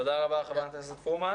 תודה רבה, חברת הכנסת פרומן.